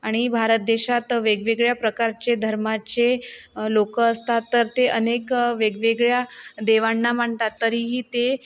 आणि भारत देशात वेगवेगळ्या प्रकारचे धर्माचे लोकं असतात तर ते अनेक वेगवेगळ्या देवांना मानतात तरीही ते